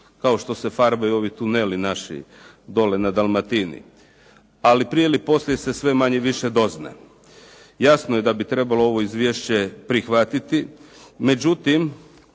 kao što se farbaju ovi tuneli naši dole na Dalmatini. Ali prije ili poslije se sve manje više dozna. Jasno je da bi trebalo ovo izvješće prihvatiti. Međutim,